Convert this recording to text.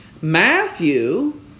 Matthew